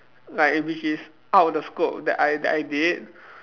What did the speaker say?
like which is out of the scope that I that I did